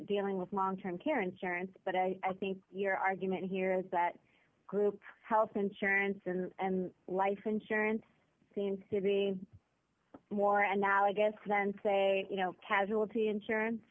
dealing with long term care insurance but i think your argument here is that group health insurance and life insurance seems to be more and now i guess then say you know casualty insurance